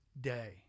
day